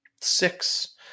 six